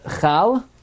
Chal